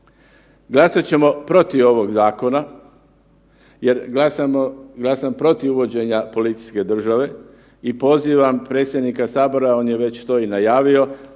Glasat ćemo protiv ovog zakona jer glasamo, glasam protiv uvođenja policijske države i pozivam predsjednika sabora, on je već to i najavio